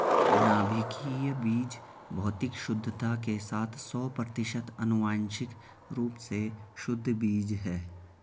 नाभिकीय बीज भौतिक शुद्धता के साथ सौ प्रतिशत आनुवंशिक रूप से शुद्ध बीज है